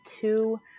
two